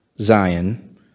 Zion